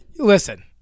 Listen